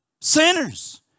Sinners